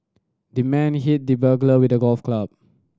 the man hit the burglar with a golf club